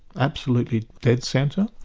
absolutely dead centre,